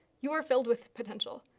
you are filled with potential,